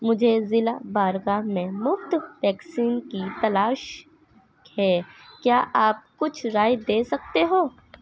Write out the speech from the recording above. مجھے ضلع بارگاہ میں مفت ویکسین کی تلاش ہے کیا آپ کچھ رائے دے سکتے ہو